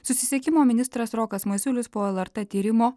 susisiekimo ministras rokas masiulis po lrt tyrimo